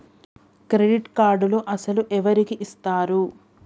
Credit కార్డులు అసలు ఎవరికి ఇస్తారు?